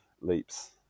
leaps